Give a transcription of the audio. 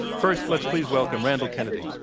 first let's please welcome randall kennedy.